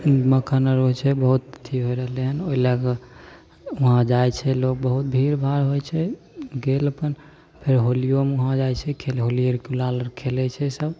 हूँ मक्खन आर होइत छै बहुत अथी भाए रहलै हन ओहि लएकऽ वहाँ जाइत छै लोक बहुत भीड़भाड़ होइत छै गेल अपन फेर होलियोमे वहाँ जाइ छै खेले होलीये गुलाल खेलैत छै सब